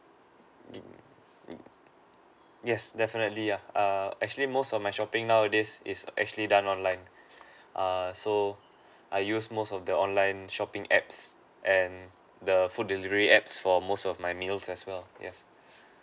yes definitely uh actually most of my shopping nowadays is actually done online err so I use most of the online shopping apps and the food delivery apps for most of my meals as well yes